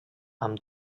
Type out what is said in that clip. amb